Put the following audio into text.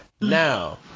Now